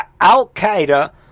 Al-Qaeda